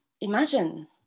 imagine